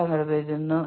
അത് സഹായിക്കുന്നു